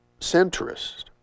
centrist